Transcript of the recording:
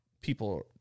people